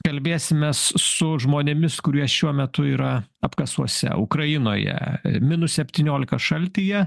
kalbėsimės su žmonėmis kurie šiuo metu yra apkasuose ukrainoje minus septyniolika šaltyje